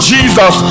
Jesus